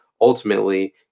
ultimately